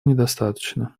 недостаточно